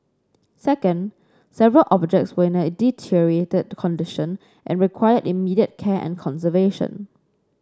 second several objects were in a deteriorated condition and required immediate care and conservation